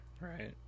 right